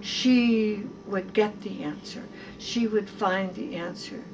she would get the answer she would find the answer